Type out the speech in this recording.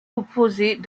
composées